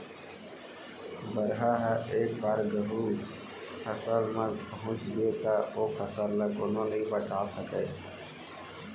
बरहा ह एक बार कहूँ फसल म पहुंच गे त ओ फसल ल कोनो नइ बचा सकय